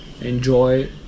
Enjoy